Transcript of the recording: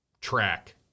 track